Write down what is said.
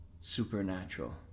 supernatural